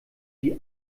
die